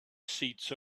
seats